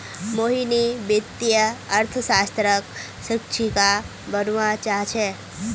मोहिनी वित्तीय अर्थशास्त्रक शिक्षिका बनव्वा चाह छ